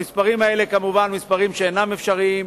המספרים האלה הם כמובן מספרים שאינם אפשריים,